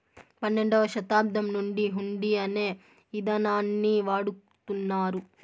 పన్నెండవ శతాబ్దం నుండి హుండీ అనే ఇదానాన్ని వాడుతున్నారు